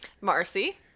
Marcy